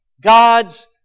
God's